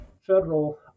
federal